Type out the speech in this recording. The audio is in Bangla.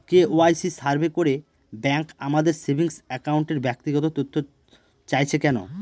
কে.ওয়াই.সি সার্ভে করে ব্যাংক আমাদের সেভিং অ্যাকাউন্টের ব্যক্তিগত তথ্য চাইছে কেন?